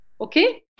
Okay